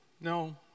No